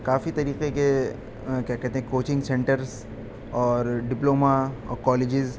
کافی طریقے کے کیا کہتے ہیں کوچنگ سنٹرس اور ڈپلوما اور کالجز